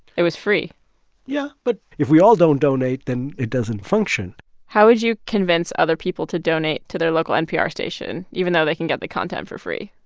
it was free yeah. but if we all don't donate, then it doesn't function how would you convince other people to donate to their local npr station even though they can get the content for free?